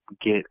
get